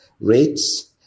rates